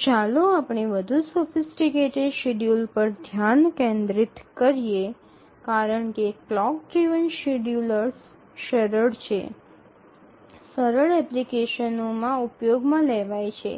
ચાલો આપણે વધુ સોફિસ્ટીકેટેડ શેડ્યૂલર્સ પર ધ્યાન કેન્દ્રિત કરીએ કારણ કે ક્લોક ડ્રિવન શેડ્યૂલર્સ સરળ છે સરળ એપ્લિકેશનોમાં ઉપયોગમાં લેવાય છે